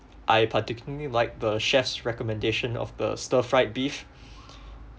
I particularly like the chef's recommendation of the stir fried beef